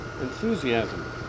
enthusiasm